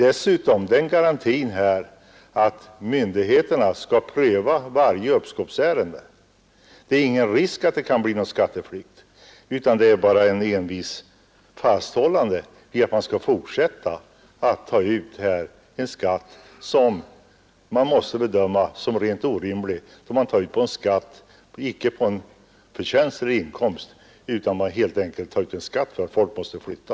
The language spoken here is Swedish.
Dessutom ges ju den garantin att myndigheterna skall pröva varje uppskovsärende, och det är alltså ingen risk för att det kan bli någon skatteflykt. Här rör det sig bara om ett envist fasthållande vid att man skall fortsätta att ta ut en skatt som måste bedömas som rent orimlig, en skatt som icke tas ut på en förtjänst eller inkomst utan helt enkelt därför att folk måste flytta.